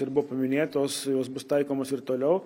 ir buvo paminėtos jos bus taikomos ir toliau